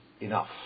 Enough